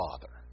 Father